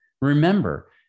Remember